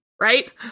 Right